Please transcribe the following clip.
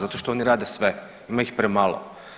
Zato što oni rade sve, ima ih premalo.